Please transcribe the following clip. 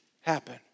happen